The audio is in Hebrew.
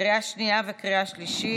הוראת שעה),